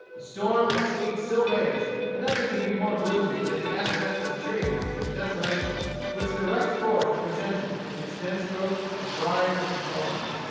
the storm of sleet still raged, and nothing could be more gloomy than the aspect of dreariness and desolation which the wrecked forest presented with its dense growth of briers and thorns.